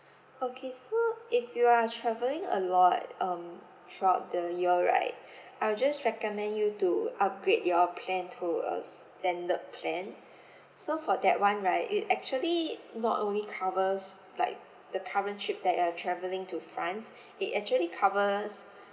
okay so if you are travelling a lot um throughout the year right I will just recommend you to upgrade your plan to a standard plan so for that one right it actually not only covers like the current trip that you are travelling to france it actually covers